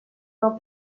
nou